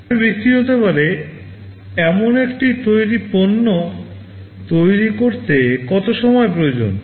বাজারে বিক্রি হতে পারে এমন একটি তৈরি পণ্য তৈরি করতে কত সময় প্রয়োজন